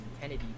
Kennedy